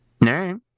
No